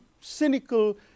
cynical